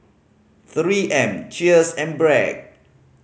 Three M Cheers and Bragg